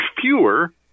fewer